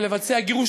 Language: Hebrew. ולבצע גירוש.